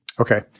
Okay